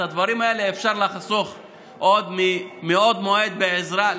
את הדברים האלה אפשר לחסוך מבעוד מועד בעזרה,